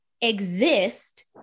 exist